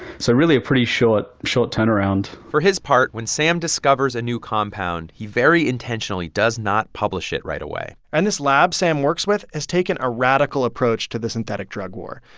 so really, a pretty short short turnaround for his part, when sam discovers a new compound, he very intentionally does not publish it right away and this lab sam works with has taken a radical approach to the synthetic drug war.